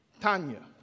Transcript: Tanya